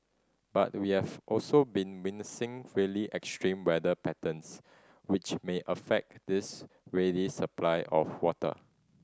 but we have also been really extreme weather patterns which may affect this ready supply of water